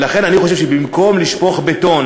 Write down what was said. ולכן אני חושב שבמקום לשפוך בטון